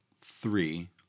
three